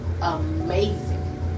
amazing